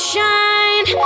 shine